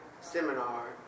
seminar